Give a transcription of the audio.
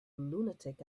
lunatic